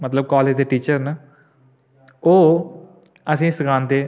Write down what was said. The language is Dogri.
मतलब कालेज दे टीचर न ओह् असें ई सखांदे